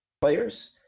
players